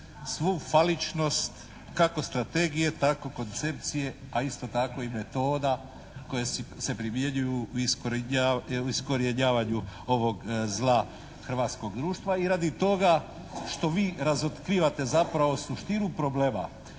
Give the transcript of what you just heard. svu faličnost kako strategije tako koncepcije, a isto tako i metoda koje se primjenjuju u iskorjenjavanju ovog zla hrvatskog društva i radi toga što vi razotkrivate zapravo suštinu problema